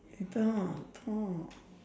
இதான் அதான்:ithaan athaan